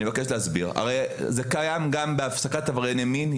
זה קיים גם בהעסקת עברייני מין.